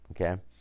okay